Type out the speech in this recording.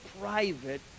private